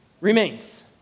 remains